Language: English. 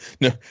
No